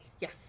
Yes